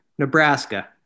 Nebraska